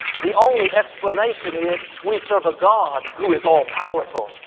the only explanation is we serve a god who is all powerful.